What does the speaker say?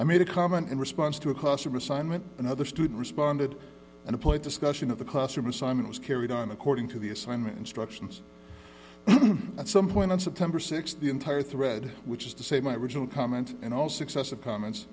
i made a comment in response to a cost of assignment another student responded in a play discussion of the classroom assignment was carried on according to the assignment instructions at some point on september th the entire thread which is to say my original comment and all successive comments